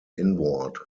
inward